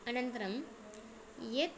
अनन्तरं यत्